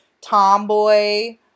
tomboy